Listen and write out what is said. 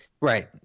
Right